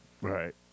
Right